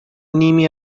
نیمی